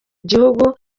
gihugu